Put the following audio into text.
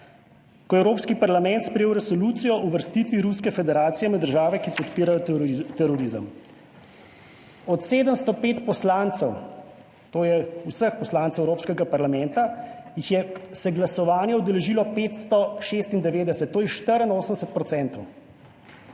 ko je Evropski parlament sprejel resolucijo o uvrstitvi Ruske federacije med države, ki podpirajo terorizem. Od 705 poslancev, to je vseh poslancev Evropskega parlamenta, je se glasovanja udeležilo 596, to je 84